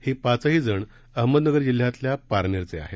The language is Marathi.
हे पाचही जण अहमदनगर जिल्ह्यातल्या पारनेरचे आहेत